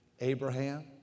Abraham